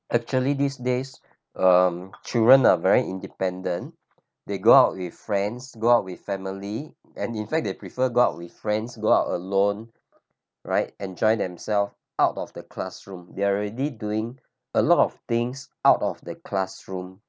actually these days um children are very independent they go out with friends go out with family and in fact they prefer go out with friends go out alone right enjoy themselves out of the classroom they already doing a lot of things out of the classroom